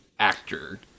actor